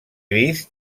vist